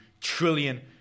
trillion